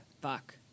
Fuck